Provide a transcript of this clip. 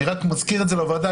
אני רק מזכיר את זה לוועדה,